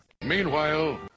Meanwhile